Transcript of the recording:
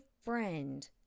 friend